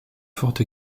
forte